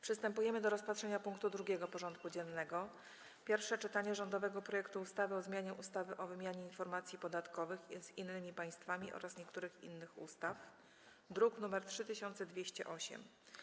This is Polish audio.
Przystępujemy do rozpatrzenia punktu 2. porządku dziennego: Pierwsze czytanie rządowego projektu ustawy o zmianie ustawy o wymianie informacji podatkowych z innymi państwami oraz niektórych innych ustaw (druk nr 3208)